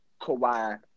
Kawhi